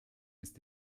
ist